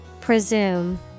Presume